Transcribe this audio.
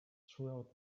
throughout